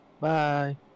Bye